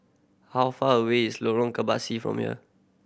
how far away is Lorong Kebasi from here